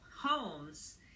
homes